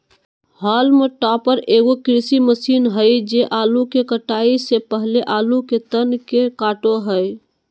haulm topper एगो कृषि machine हइ जे आलू के कटाई से पहले आलू के तन के काटो हइ